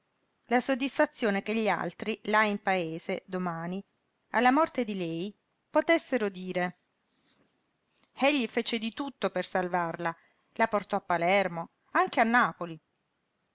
la soddisfazione che gli altri là in paese domani alla morte di lei potessero dire egli fece di tutto per salvarla la portò a palermo anche a napoli